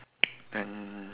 and